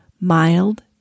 mild